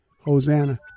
Hosanna